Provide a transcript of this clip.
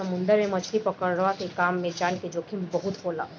समुंदर में मछरी पकड़ला के काम में जान के जोखिम ही बहुते होला